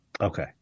Okay